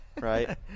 Right